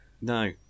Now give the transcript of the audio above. no